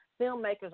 filmmakers